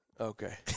Okay